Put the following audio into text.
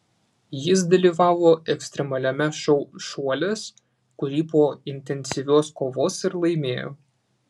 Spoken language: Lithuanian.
jis dalyvavo ekstremaliame šou šuolis kurį po intensyvios kovos ir laimėjo